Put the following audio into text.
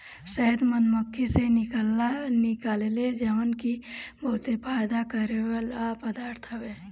शहद मधुमक्खी से निकलेला जवन की बहुते फायदा करेवाला पदार्थ हवे